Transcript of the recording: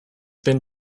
been